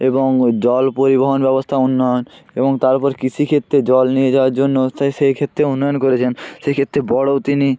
এবং জল পরিবহন ব্যবস্থা উন্নয়ন এবং তারপর কৃষি ক্ষেত্রে জল নিয়ে যাওয়ার জন্য সেই সেই ক্ষেত্রে উন্নয়ন করেছেন সেই ক্ষেত্রে বড়ো তিনি